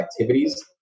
activities